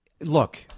look